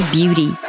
beauty